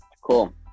cool